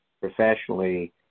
professionally